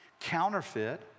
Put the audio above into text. counterfeit